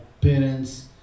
parents